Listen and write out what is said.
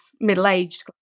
middle-aged